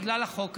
בגלל החוק הזה.